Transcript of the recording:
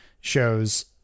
shows